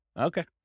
Okay